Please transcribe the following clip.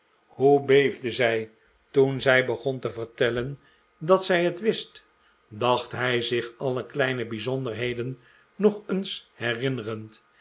hoe beefde zij toen zij begon te vertellen dat zij het wist dacht hij zich alle kleine bijzonderheden nog eens herinnerend